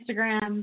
Instagram